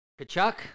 Kachuk